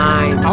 Nine